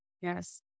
Yes